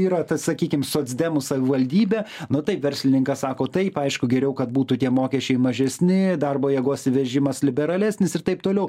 yra ta sakykim socdemų savivaldybė nu tai verslininkas sako taip aišku geriau kad būtų tie mokesčiai mažesni darbo jėgos vežimas liberalesnis ir taip toliau